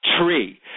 tree